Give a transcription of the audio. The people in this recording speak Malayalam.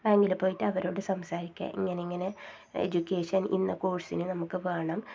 ബാങ്കിൽ പോയിട്ട് അവരോട് സംസാരിക്കുക ഇങ്ങനെ ഇങ്ങനെ എഡ്യൂക്കേഷൻ ഇന്ന കോഴ്സിന് നമുക്ക് വേണം